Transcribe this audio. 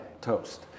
toast